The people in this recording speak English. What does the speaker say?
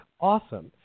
awesome